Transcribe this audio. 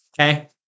Okay